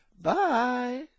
Bye